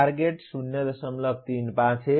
target 035 है